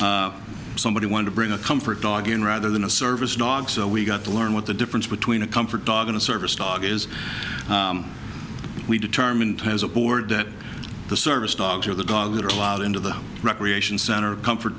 center somebody wanted to bring a comfort dog in rather than a service dog so we got to learn what the difference between a comfort dog and a service dog is we determined as a board that the service dogs are the dogs that are allowed into the recreation center a comfort